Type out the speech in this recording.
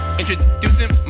introducing